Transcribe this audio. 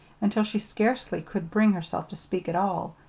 until she scarcely could bring herself to speak at all,